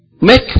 make